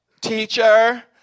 teacher